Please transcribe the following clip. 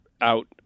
out